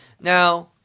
Now